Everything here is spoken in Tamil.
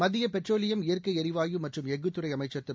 மத்திய பெட்ரோலியம் இயற்கை எரிவாயு மற்றும் எஃகுத்துறை அமைச்சர் திரு